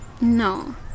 no